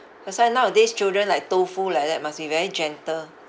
that's why nowadays children like tofu like that must be very gentle